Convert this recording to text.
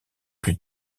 plus